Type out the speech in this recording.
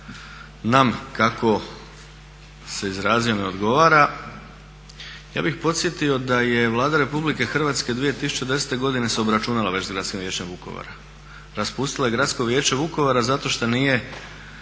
nam kako se izrazio ne odgovara. Ja bih podsjetio da je Vlada Republike Hrvatske 2010.godine se obračunala već sa Gradskim vijećem Vukovara. Raspustila je Gradsko vijeće Vukovara zato što nije